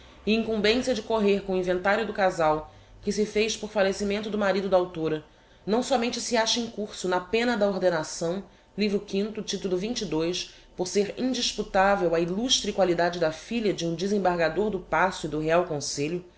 incumbencia de correr com o inventario do casal que se fez por fallecimento do marido da a não sómente se acha incurso na pena da ordenação livro o titulo por ser indisputavel a illustre qualidade da filha de um desembargador do paço e do real conselho